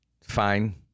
fine